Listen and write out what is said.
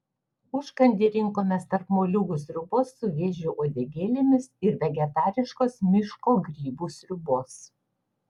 užkandį rinkomės tarp moliūgų sriubos su vėžių uodegėlėmis ir vegetariškos miško grybų sriubos